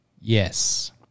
Yes